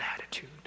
attitude